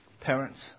parents